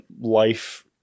life